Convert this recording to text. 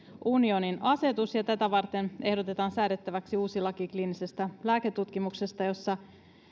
unionin asetus ja tätä varten ehdotetaan säädettäväksi kliinisestä lääketutkimuksesta jossa